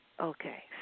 Okay